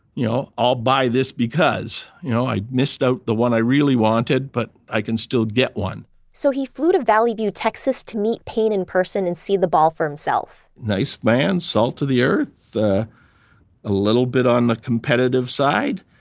you know i'll buy this because, you know i'd missed out the one i really wanted, but i can still get one so he flew to valley view, texas to meet payne in person and see the ball for himself nice man, salt of the earth, a ah little bit on the competitive side,